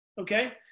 okay